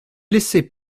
laissé